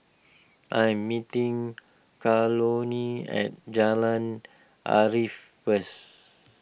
I'm meeting Carolynn at Jalan Arif first